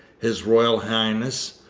his royal highness,